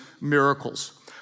miracles